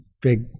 big